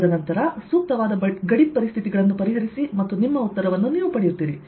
ತದನಂತರ ಸೂಕ್ತವಾದ ಗಡಿಪರಿಸ್ಥಿತಿಗಳನ್ನು ಪರಿಹರಿಸಿ ಮತ್ತು ನಿಮ್ಮ ಉತ್ತರವನ್ನು ನೀವು ಪಡೆಯುತ್ತೀರಿ